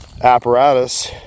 apparatus